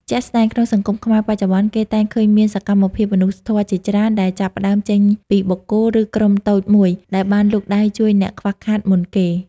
ជាក់ស្តែងក្នុងសង្គមខ្មែរបច្ចុប្បន្ន គេតែងឃើញមានសកម្មភាពមនុស្សធម៌ជាច្រើន ដែលចាប់ផ្តើមចេញពីបុគ្គល ឬក្រុមតូចមួយដែលបានលូកដៃជួយអ្នកខ្វះខាតមុនគេ។